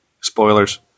spoilers